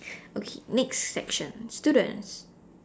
okay next section students